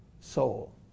soul